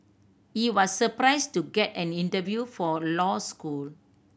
he was surprised to get an interview for law school